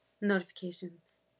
Notifications